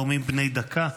נאומים בני דקה.